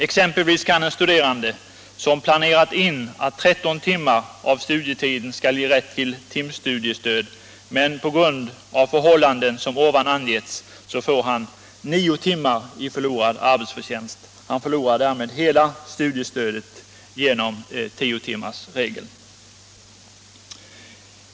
Exempelvis kan en studerande ha planerat in att 13 timmar av studietiden skall ge rätt till timstudiestöd, men på grund av förhållanden som här angetts får han 9 timmar i förlorad arbetsförtjänst. Han förlorar därmed hela studiestödet till följd av tiotimmarsregeln.